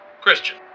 Christian